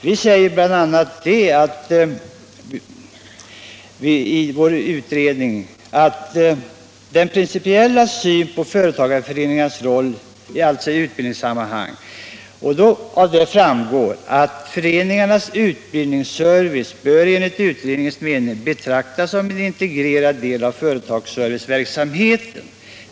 Vi redovisar i utredningen bl.a. vår principiella syn på företagareföreningarnas roll i utbildningssammanhang. Vi framhåller att föreningarnas utbildningsservice enligt utredningens mening bör betraktas som en integrerad del av företagsserviceverksamheten.